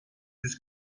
yüz